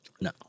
no